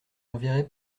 enverrai